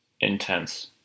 intense